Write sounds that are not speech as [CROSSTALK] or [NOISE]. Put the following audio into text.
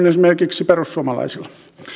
[UNINTELLIGIBLE] esimerkiksi perussuomalaisilla